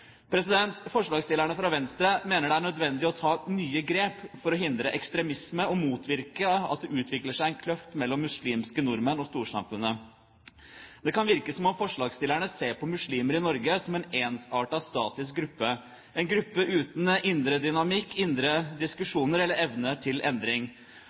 Forslagsstillerne fra Venstre mener det er nødvendig å ta nye grep for å hindre ekstremisme og motvirke at det utvikler seg en kløft mellom muslimske nordmenn og storsamfunnet. Det kan virke som om forslagsstillerne ser på muslimer i Norge som en ensartet statisk gruppe, en gruppe uten indre dynamikk, indre diskusjoner eller evne til endring.